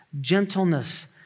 gentleness